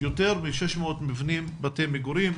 יותר מ-600 מבנים שהם בתי מגורים,